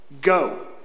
Go